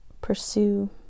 pursue